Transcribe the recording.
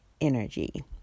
energy